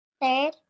Third